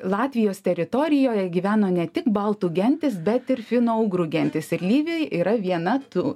latvijos teritorijoje gyveno ne tik baltų gentys bet ir finougrų gentys ir lyviai yra viena tų